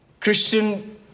Christian